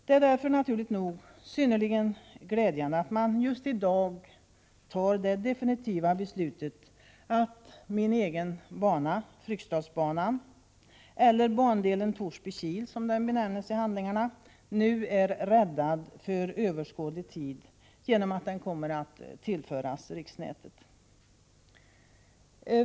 Det är därför naturligt nog synnerligen glädjande att man just i dag tar det definitiva beslutet att min egen bana — Fryksdalsbanan, eller bandelen Torsby-Kil som den benämns i handlingarna — nu är räddad för överskådlig tid genom att den kommer att tillföras riksnätet.